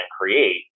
create